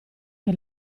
che